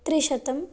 त्रिशतं